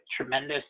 tremendous